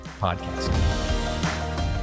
podcast